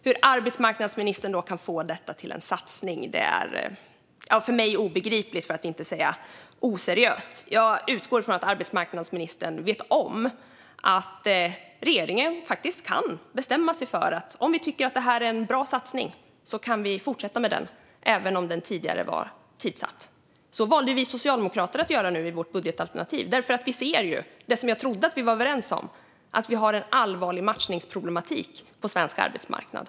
Hur arbetsmarknadsministern kan få detta till en satsning är för mig obegripligt. Jag skulle vilja säga att det är oseriöst. Jag utgår från att arbetsmarknadsministern vet om att regeringen faktiskt kan bestämma sig för att fortsätta med en satsning om man tycker att den är bra även om den tidigare har varit tidssatt. Så valde vi socialdemokrater att göra i vårt budgetalternativ, för vi ser att vi har en allvarlig matchningsproblematik på svensk arbetsmarknad.